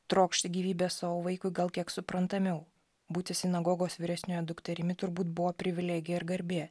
trokšti gyvybės savo vaikui gal kiek suprantamiau būti sinagogos vyresniojo dukterimi turbūt buvo privilegija ir garbė